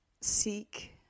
seek